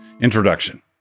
Introduction